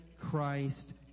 Christ